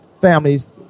families